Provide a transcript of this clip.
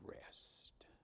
rest